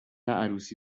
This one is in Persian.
عروسی